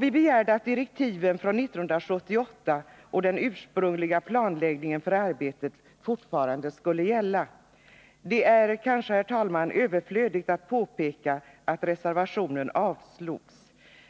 Vi begärde att direktiven från 1978 och den ursprungliga planläggningen för arbetet fortfarande skulle gälla. Det är kanske, herr talman, överflödigt att påpeka att reservationen avslogs.